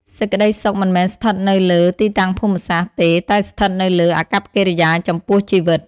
សេចក្តីសុខមិនមែនស្ថិតនៅលើ "ទីតាំងភូមិសាស្ត្រ" ទេ តែស្ថិតនៅលើ "អាកប្បកិរិយាចំពោះជីវិត"។